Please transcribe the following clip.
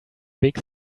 big